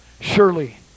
surely